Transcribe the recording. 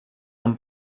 amb